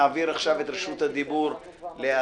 אעביר עכשיו את רשות הדיבור לאדוני,